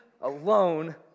alone